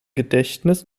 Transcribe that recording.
gedächtnis